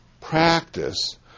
practice